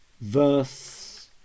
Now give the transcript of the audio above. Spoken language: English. verse